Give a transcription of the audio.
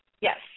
Yes